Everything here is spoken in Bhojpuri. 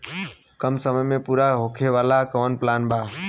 कम समय में पूरा होखे वाला कवन प्लान बा?